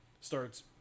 starts